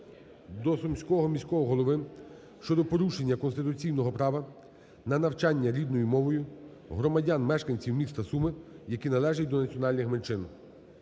до Сумського міського голови щодо порушення конституційного права на навчання рідною мовою громадян-мешканців міста Суми, які належать до національних меншин.